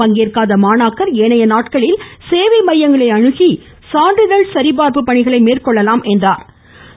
பங்கேற்காத மாணாக்கர் ஏனைய நாட்களில் சேவை மையங்களை அணுகி சான்றிதழ் சரிபார்ப்பு பணிகளை மேற்கொள்ளலாம் என்றும் குறிப்பிட்டார்